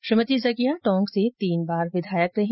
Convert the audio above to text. श्रीमती जकिया टोंक से तीन बार विधायक रहीं